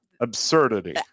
Absurdity